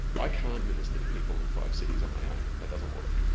i can't minister to people in five cities on my own. that doesn't work.